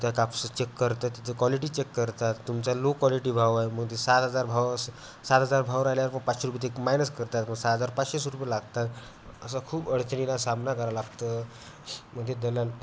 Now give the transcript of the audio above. त्या कापसं चेक करतं तिचं कॉलिटी चेक करता तुमचा लो कॉलिटी भाव आहे म्हणजे सात हजार भाव असं सात हजार भाव राहिल्यावर मग पाचशे रुपये ते मायनस करतात मग सहा हजार पाचशेच रुपये लागतात असं खूप अडचणीला सामना करा लागतं मध्ये दलाल